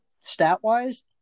stat-wise